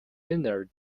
thinner